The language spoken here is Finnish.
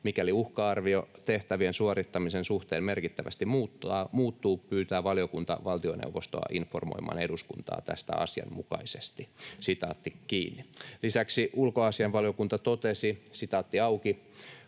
Mikäli uhka-arvio tehtävien suorittamisen suhteen merkittävästi muuttuu, pyytää valiokunta valtioneuvostoa informoimaan eduskuntaa tästä asianmukaisesti." Lisäksi ulkoasianvaliokunta totesi: "Valiokunta